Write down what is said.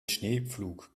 schneepflug